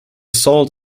salt